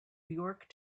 york